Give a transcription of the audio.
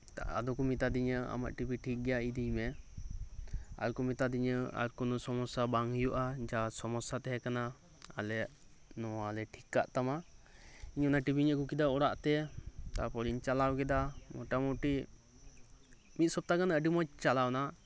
ᱟᱫᱚᱠᱚ ᱢᱮᱛᱟᱫᱤᱧᱟᱹ ᱟᱢᱟᱜ ᱴᱤᱵᱷᱤ ᱴᱷᱤᱠᱜᱮᱭᱟ ᱤᱫᱤᱭ ᱢᱮ ᱟᱨᱠᱚ ᱢᱮᱛᱟᱫᱤᱧᱟᱹ ᱟᱨ ᱠᱚᱱᱚ ᱥᱚᱢᱚᱥᱟ ᱵᱟᱝ ᱦᱩᱭᱩᱜᱼᱟ ᱡᱟ ᱥᱚᱢᱚᱥᱥᱟ ᱛᱟᱦᱮᱸ ᱠᱟᱱᱟ ᱟᱞᱮ ᱱᱚᱣᱟᱞᱮ ᱴᱷᱤᱠ ᱠᱟᱫ ᱛᱟᱢᱟ ᱤᱧ ᱚᱱᱟ ᱴᱤᱵᱷᱤᱧ ᱟᱹᱜᱩ ᱠᱮᱫᱟ ᱚᱲᱟᱜ ᱛᱮ ᱛᱟᱯᱚᱨᱤᱧ ᱪᱟᱞᱟᱣ ᱠᱮᱫᱟ ᱢᱚᱴᱟ ᱢᱩᱴᱤ ᱢᱤᱫ ᱥᱚᱯᱛᱟᱦᱚ ᱜᱟᱱ ᱟᱹᱰᱤ ᱢᱚᱸᱡᱽ ᱪᱟᱞᱟᱣ ᱮᱱᱟ